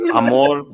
amor